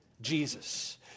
Jesus